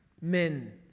men